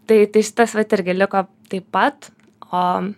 tai tai šitas vat irgi liko taip pat o